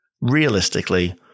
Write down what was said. Realistically